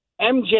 MJ